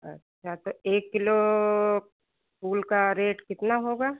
अच्छा तो एक किलो फूल का रेट कितना होगा